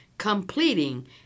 completing